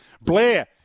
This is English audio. Blair